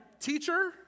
teacher